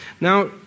Now